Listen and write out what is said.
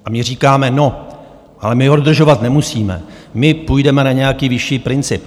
A my říkáme, no ale my ho dodržovat nemusíme, my půjdeme na nějaký vyšší princip.